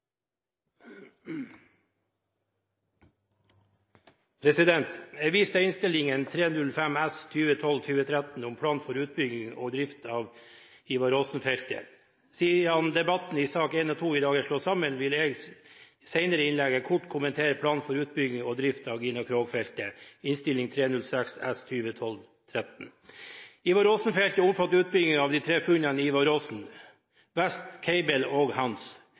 Jeg viser til Innst. 305 S for 2012–2013 om plan for utbygging og drift av Ivar Aasen-feltet. Siden debatten i sak nr. 1 og nr. 2 er slått sammen, vil jeg også senere i innlegget kort kommentere plan for utbygging og drift av Gina Krog-feltet, Innst. 306 S for 2012–2013. Ivar Aasen-feltet omfatter utbygging av